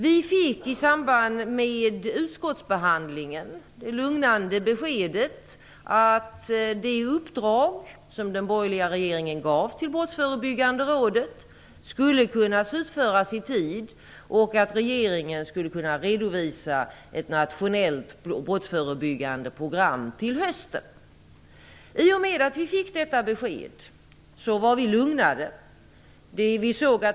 Vi fick i samband med utskottsbehandlingen det lugnande beskedet att det uppdrag som den borgerliga regeringen gav till Brottsförebyggande rådet skulle kunna slutföras i tid och att regeringen skulle kunna redovisa ett nationellt brottsförebyggande program till hösten. I och med att vi fick detta besked var vi lugnade.